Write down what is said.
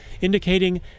indicating